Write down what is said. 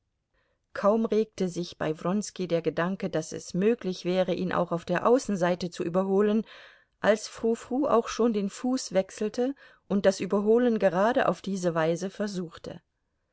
kaum regte sich bei wronski der gedanke daß es möglich wäre ihn auch auf der außenseite zu überholen als frou frou auch schon den fuß wechselte und das überholen gerade auf diese weise versuchte